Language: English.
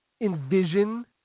Envision